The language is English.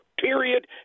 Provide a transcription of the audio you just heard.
Period